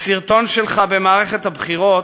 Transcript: בסרטון שלך במערכת הבחירות